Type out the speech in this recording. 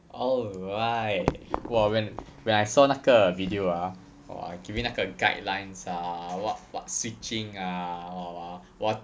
alright !wah! when when I saw 那个 video ah !wah! giving 那个 guidelines ah what what switching ah !wah! !wah! !wah!